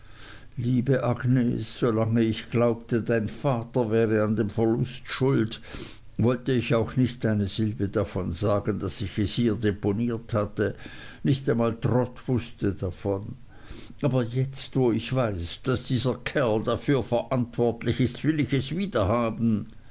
liebe agnes so lang ich glaubte dein vater wäre an dem verlust schuld wollte ich auch nicht eine silbe davon sagen daß ich es hier deponiert hatte nicht einmal trot wußte davon aber jetzt wo ich weiß daß dieser kerl dafür verantwortlich ist will ich es wieder haben